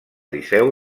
liceu